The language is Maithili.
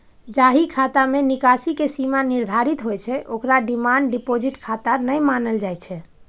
जाहि खाता मे निकासी के सीमा निर्धारित होइ छै, ओकरा डिमांड डिपोजिट खाता नै मानल जाइ छै